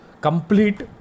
complete